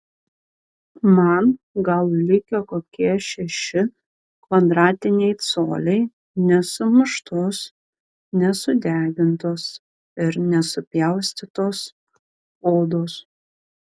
man gal likę kokie šeši kvadratiniai coliai nesumuštos nesudegintos ir nesupjaustytos odos